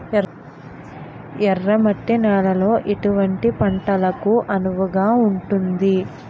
ఎర్ర మట్టి నేలలో ఎటువంటి పంటలకు అనువుగా ఉంటుంది?